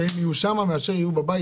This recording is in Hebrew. מה נעשה בדבר